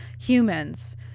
humans